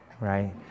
Right